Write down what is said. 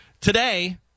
today